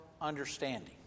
understanding